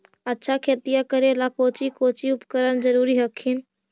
अच्छा खेतिया करे ला कौची कौची उपकरण जरूरी हखिन?